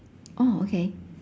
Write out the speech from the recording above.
oh okay